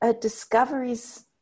Discoveries